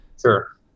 Sure